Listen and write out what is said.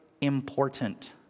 important